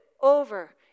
over